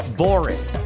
boring